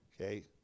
Okay